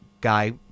guy